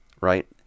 right